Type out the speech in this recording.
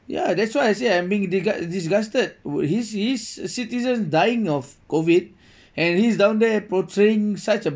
ya that's why I said I'm being disgust~ disgusted his his citizen dying of COVID and he's down portraying such a